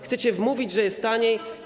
Chcecie wmówić, że jest taniej?